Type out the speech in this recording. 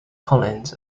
collins